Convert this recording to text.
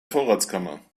vorratskammer